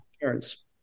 parents